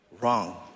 wrong